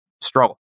struggle